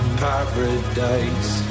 paradise